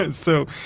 and so,